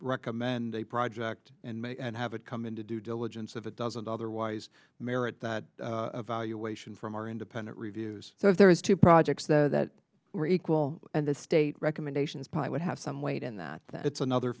recommend a project and have it come into due diligence if it doesn't otherwise merit that evaluation from our end of reviews so if there is two projects that were equal and the state recommendations probably would have some weight and that that's another